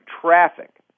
traffic